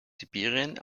sibirien